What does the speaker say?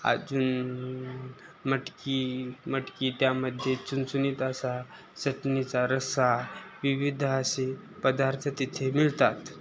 अजून मटकी मटकी त्यामध्ये चुणचुणीत असा चटणीचा रस्सा विविध असे पदार्थ तिथे मिळतात